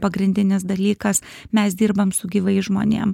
pagrindinis dalykas mes dirbam su gyvais žmonėm